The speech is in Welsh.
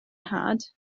nhad